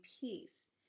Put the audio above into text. peace